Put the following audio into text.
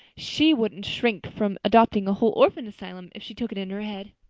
she wouldn't shrink from adopting a whole orphan asylum if she took it into her head.